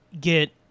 get